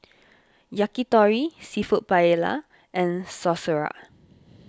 Yakitori Seafood Paella and Sauerkraut